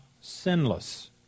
sinless